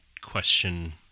question